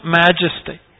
majesty